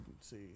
see